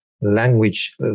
language